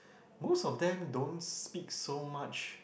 most of them don't speak so much